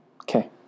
Okay